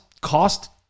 cost